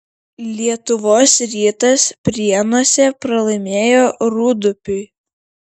lietuvos rytas prienuose pralaimėjo rūdupiui